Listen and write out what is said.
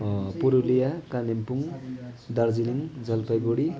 Purulia Kalimpong Darjeeling Jalpaiguri